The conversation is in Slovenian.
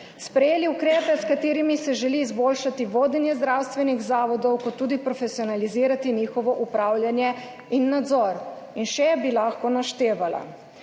Sprejeli ukrepe, s katerimi se želi izboljšati vodenje zdravstvenih zavodov ter tudi profesionalizirati njihovo upravljanje in nadzor. In še bi lahko naštevala.